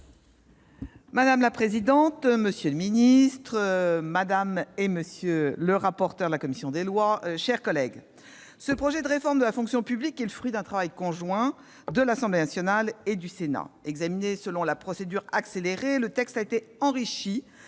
Madame la présidente, monsieur le secrétaire d'État, madame, monsieur les rapporteurs de la commission des lois, mes chers collègues, ce projet de réforme de la fonction publique est le fruit du travail conjoint de l'Assemblée nationale et du Sénat. Examiné selon la procédure accélérée, le texte a été enrichi